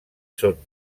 són